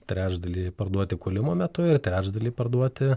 trečdalį parduoti kūlimo metu ir trečdalį parduoti